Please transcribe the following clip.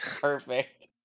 perfect